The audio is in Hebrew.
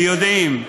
ויודעים,